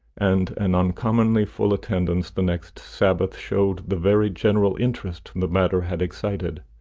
and an uncommonly full attendance the next sabbath showed the very general interest the matter had excited.